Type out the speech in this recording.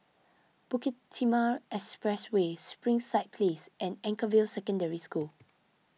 Bukit Timah Expressway Springside Place and Anchorvale Secondary School